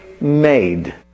made